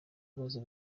bibazo